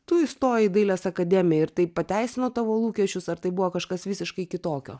tu įstojai į dailės akademiją ir tai pateisino tavo lūkesčius ar tai buvo kažkas visiškai kitokio